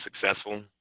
successful